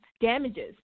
damages